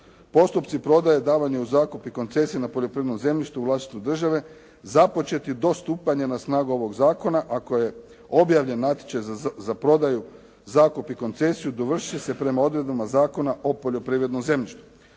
Postupci prodaje, davanja u zakup i koncesija na poljoprivrednom zemljištu u vlasništvu države započeti do stupanja na snagu ovog zakona ako je objavljen natječaj za prodaju, zakup i koncesiju dovršit će se prema odredbama Zakona o poljoprivrednom zemljištu.